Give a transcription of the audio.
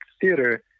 theater